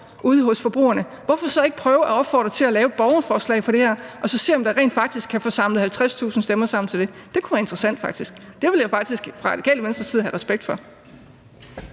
ude hos forbrugerne, hvorfor så ikke prøve at opfordre til at lave et borgerforslag om det og så se, om man rent faktisk kan få samlet 50.000 underskrifter til det? Det kunne faktisk være interessant. Det ville vi faktisk fra Radikale Venstres side have respekt for.